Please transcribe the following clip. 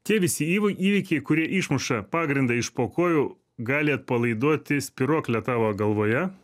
tie visi įvai įvykiai kurie išmuša pagrindą iš po kojų gali atpalaiduoti spyruoklę tavo galvoje